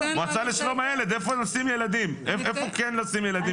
המועצה לשלום הילד, איפה נשים ילדים?